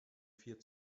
vier